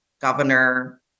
Governor